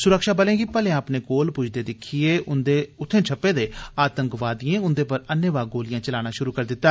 सुरक्षाबलें गी भलेयां कोल पुजदे दिक्खियै उत्थे छप्पे दे आतंकवादियें उन्दे पर अन्नेवाह गोलियां चलाना शुरु करी दिता